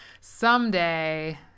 Someday